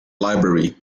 library